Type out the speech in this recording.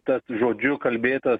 tas žodžiu kalbėtas